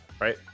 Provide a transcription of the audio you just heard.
right